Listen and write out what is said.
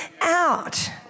out